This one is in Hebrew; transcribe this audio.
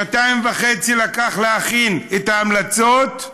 שנתיים וחצי לקח להכין את ההמלצות,